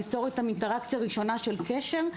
ליצור איתם אינטראקציה ראשונה של קשר,